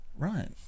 Right